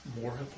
more